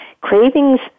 cravings